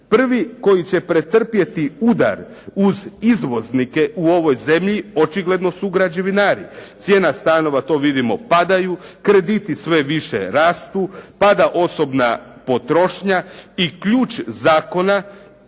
Prvi koji će pretrpjeti udar uz izvoznike u ovoj zemlji, očigledno su građevinari. Cijena stanova to vidimo padaju, krediti sve više rastu, pada osobna potrošnja i ključ zakona